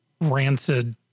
rancid